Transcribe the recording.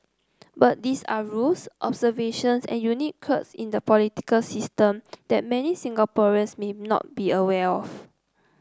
but these are rules observations and unique quirks in a political system that many Singaporeans may not be aware of